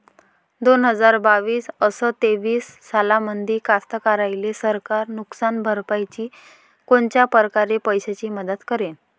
दोन हजार बावीस अस तेवीस सालामंदी कास्तकाराइले सरकार नुकसान भरपाईची कोनच्या परकारे पैशाची मदत करेन?